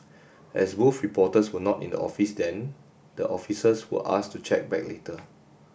as both reporters were not in the office then the officers were asked to check back later